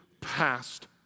past